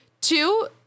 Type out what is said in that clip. Two